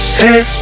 hey